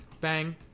Bang